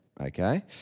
Okay